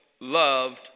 loved